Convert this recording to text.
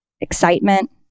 excitement